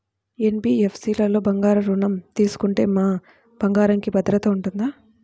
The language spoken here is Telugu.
ఎన్.బీ.ఎఫ్.సి లలో బంగారు ఋణం తీసుకుంటే మా బంగారంకి భద్రత ఉంటుందా?